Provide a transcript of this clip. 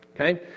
Okay